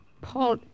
Paul